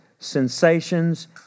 sensations